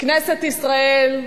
מכנסת ישראל,